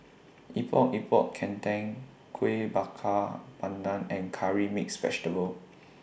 Epok Epok Kentang Kueh Bakar Pandan and Curry Mixed Vegetable